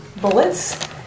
bullets